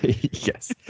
Yes